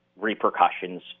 repercussions